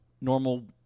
normal